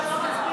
מה עובר עליך,